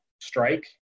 strike